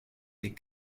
des